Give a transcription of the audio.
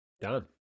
Done